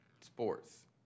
sports